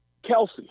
Kelsey